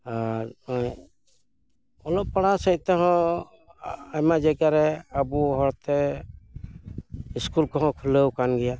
ᱟᱨ ᱱᱚᱜᱼᱚᱭ ᱚᱞᱚᱜ ᱯᱟᱲᱦᱟᱣ ᱥᱮᱫ ᱛᱮᱦᱚᱸ ᱟᱭᱢᱟ ᱡᱟᱭᱜᱟᱨᱮ ᱟᱵᱚ ᱦᱚᱲᱛᱮ ᱤᱥᱠᱩᱞ ᱠᱚᱦᱚᱸ ᱠᱷᱩᱞᱟᱹᱣ ᱠᱟᱱ ᱜᱮᱭᱟ